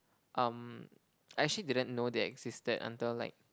um I actually didn't know they existed until like